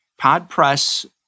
PodPress